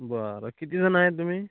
बरं किती जण आहे तुम्ही